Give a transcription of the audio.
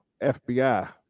FBI